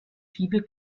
fibel